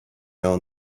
own